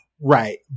Right